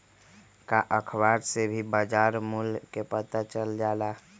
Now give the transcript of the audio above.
का अखबार से भी बजार मूल्य के पता चल जाला?